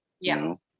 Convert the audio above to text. Yes